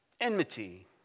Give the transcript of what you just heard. Enmity